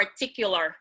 particular